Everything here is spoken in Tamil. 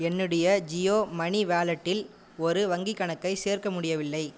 என்னுடைய ஜியோ மனி வாலெட்டில் ஒரு வங்கி கணக்கை சேர்க்க முடியவில்லை